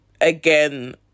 again